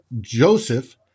Joseph